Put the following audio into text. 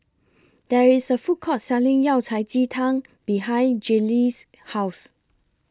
There IS A Food Court Selling Yao Cai Ji Tang behind Gillie's House